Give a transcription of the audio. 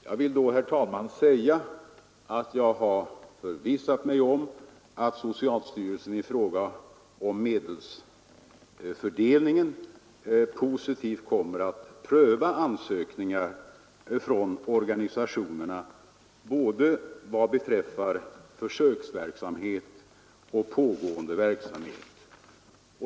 Jag vill då, herr talman, säga att jag har förvissat mig om att socialstyrelsen i fråga om medelsfördelningen positivt kommer att pröva ansökningar från organisationerna vad beträffar både försöksverksamhet och pågående verksamhet.